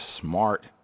smart